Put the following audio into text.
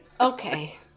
Okay